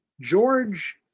George